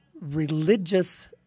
Religious